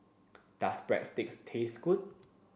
does Breadsticks taste good